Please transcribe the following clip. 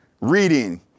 reading